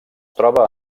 troba